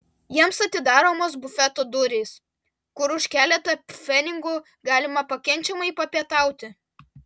jiems atidaromos bufeto durys kur už keletą pfenigų galima pakenčiamai papietauti